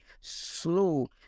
slow